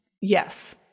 yes